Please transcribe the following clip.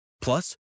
Plus